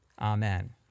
Amen